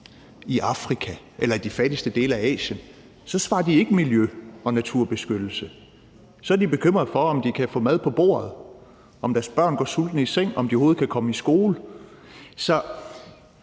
i Afrika eller i de fattigste dele af Asien, svarer de ikke miljø- og naturbeskyttelse. Så er de bekymrede for, om de kan få mad på bordet, om deres børn går sultne i seng, og om de overhovedet kan komme i skole.